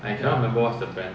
ya